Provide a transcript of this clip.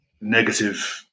negative